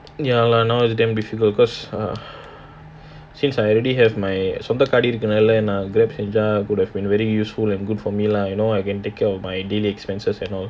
ya lah now is damn difficult because err since I already have my சொந்த கால் இருக்குறதனால:sontha kaal irukkurathanaala it's been very useful and good for me lah you know I can take care of my daily expense and all